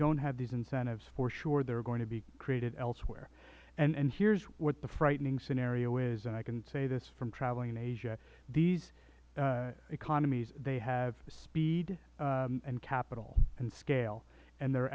don't have these incentives for sure they are going to be created elsewhere here is what the frightening scenario is and i can say this from traveling in asia these economies they have speed and capital and scale and they